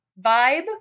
vibe